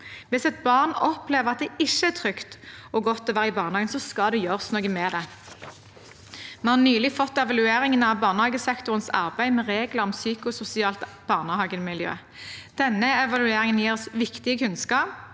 Hvis et barn opplever at det ikke er trygt og godt å være i barnehagen, så skal det gjøres noe med det. Vi har nylig fått evalueringen av barnehagesektorens arbeid med regler om psykososialt barnehagemiljø. Denne evalueringen gir oss viktig kunnskap